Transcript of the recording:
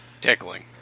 Tickling